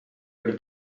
küll